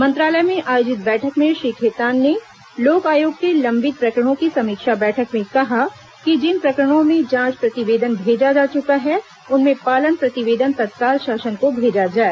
मंत्रालय में आयोजित बैठक में श्री खेतान ने लोक आयोग के लंबित प्रकरणों की समीक्षा बैठक में कहा कि जिन प्रकरणों में जांच प्रतिवेदन भेजा जा चुका है उनमें पालन प्रतिवदेन तत्काल शासन को भेजा जाए